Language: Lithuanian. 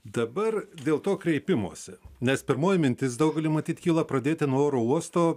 dabar dėl to kreipimosi nes pirmoji mintis daugeliui matyt kyla pradėti nuo oro uosto